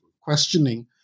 questioning